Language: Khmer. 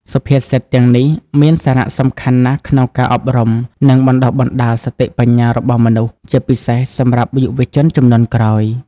សុភាសិតទាំងនេះមានសារៈសំខាន់ណាស់ក្នុងការអប់រំ និងបណ្តុះបណ្តាលសតិបញ្ញារបស់មនុស្ស ជាពិសេសសម្រាប់យុវជនជំនាន់ក្រោយ។